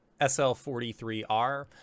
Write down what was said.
sl43r